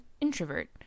introvert